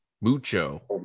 mucho